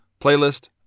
Playlist